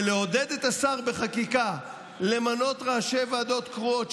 לעודד את השר בחקיקה למנות ראשי ועדות קרואות,